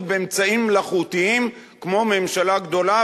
באמצעים מלאכותיים כמו ממשלה גדולה,